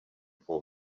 for